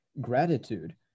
gratitude